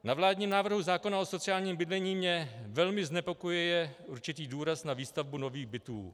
Na vládním návrhu zákona o sociálním bydlení mě velmi znepokojuje určitý důraz na výstavbu nových bytů.